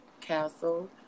castle